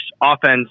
offense